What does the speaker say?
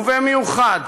ובמיוחד,